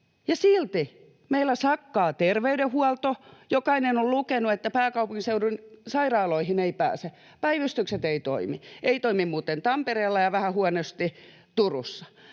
silti meillä sakkaa terveydenhuolto. Jokainen on lukenut, että pääkaupunkiseudun sairaaloihin ei pääse, päivystykset eivät toimi — ei toimi muuten Tampereellakaan ja vähän huonosti Turussa.